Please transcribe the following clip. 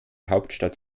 hauptstadt